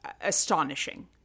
astonishing